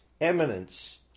eminence